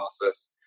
process